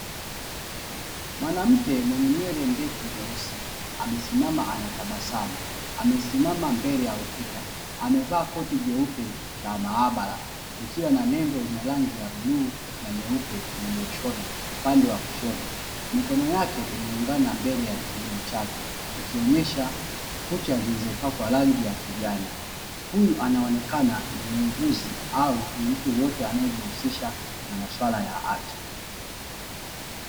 Mwanamke mwenye nywele ndefu nyeusi, amesimama anatabasamu amesimama mbele ya ukuta, amevaa koti jeupe la maabara, likiwa na nembo yenye rangi ya bluu na nyeupe iliyoshonwa upande wa kushoto mikono yake imeungana mbele ya kiuno chake ikionesha kucha zilizopakwa rangi ya kijani huyu anaonekana ni muuguzi au ni mtu yeyote anae jihusisha na maswala ya afya.